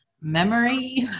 memory